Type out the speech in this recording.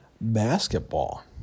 basketball